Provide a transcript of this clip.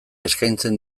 eskaintzen